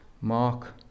Mark